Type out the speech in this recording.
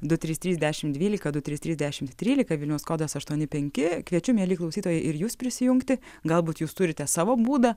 du trys trys dešim dvylika du trys trys dešimt trylika vilniaus kodas aštuoni penki kviečiu mieli klausytojai ir jus prisijungti galbūt jūs turite savo būdą